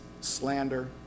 slander